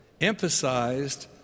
Emphasized